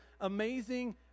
amazing